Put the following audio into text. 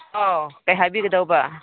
ꯑꯧ ꯀꯩ ꯍꯥꯏꯕꯤꯒꯗꯧꯕ